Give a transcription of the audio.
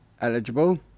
eligible